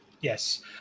Yes